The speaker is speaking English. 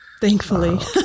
Thankfully